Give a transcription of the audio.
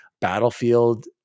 Battlefield